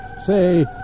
say